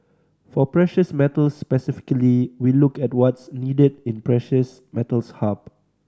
for precious metals specifically we look at what's needed in precious metals hub